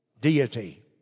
deity